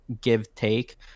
give-take